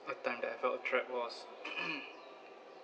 a time that I felt trapped was